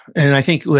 and i think,